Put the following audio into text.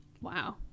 wow